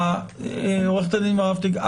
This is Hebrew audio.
עורכת הדין ורהפטיג,